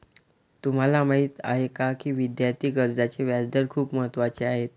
तुम्हाला माहीत आहे का की विद्यार्थी कर्जाचे व्याजदर खूप महत्त्वाचे आहेत?